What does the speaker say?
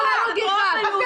לא הרוג אחד.